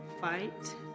fight